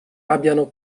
abbiano